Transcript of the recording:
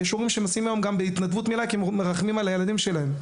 יש הורים שמסיעים היום גם בהתנדבות מלאה כי מרחמים על הילדים שלהם.